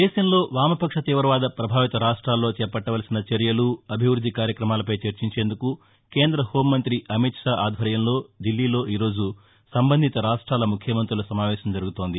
దేశంలో వామపక్ష తీవవాద ప్రభావిత రాష్ట్రాల్లో చేపట్టవలసిన చర్యలు అభివృద్ది కార్యక్రమాలపై చర్చించేందుకు కేంద్ర హోంమంతి అమిత్ షా ఆధ్వర్యంలో దిల్లీలో ఈరోజు సంబంధిత రాష్ట్లాల ముఖ్యమంతుల సమావేశం జరుగుతోంది